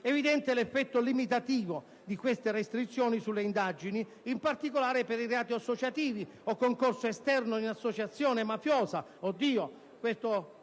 evidente l'effetto limitativo di tali restrizioni sulle indagini, in particolare per i reati associativi o di concorso esterno in associazione mafiosa